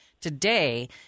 today